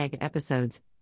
Episodes